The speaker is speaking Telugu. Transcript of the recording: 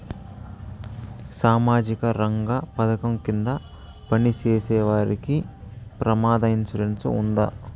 సామాజిక రంగ పథకం కింద పని చేసేవారికి ప్రమాద ఇన్సూరెన్సు ఉందా?